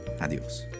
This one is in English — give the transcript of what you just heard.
Adios